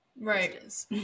right